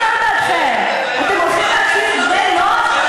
אתם הולכים להתסיס בני-נוער?